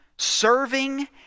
Serving